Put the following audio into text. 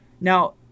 now